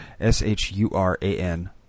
S-H-U-R-A-N